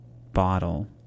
bottle